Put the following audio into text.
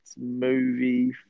movie